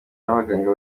n’abaganga